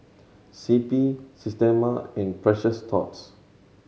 C P Systema and Precious Thots